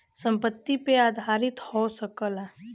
संपत्ति पे आधारित हो सकला